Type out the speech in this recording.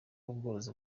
ubworozi